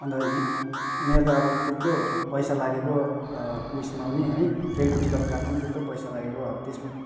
अन्त यी मेरो त अब त्यत्रो पैसा लागेको उएसमा पनि है ट्रेनको टिकट काट्नु पनि त्यत्रो पैसा लागेको अब त्यसमा